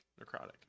necrotic